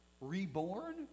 Reborn